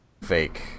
fake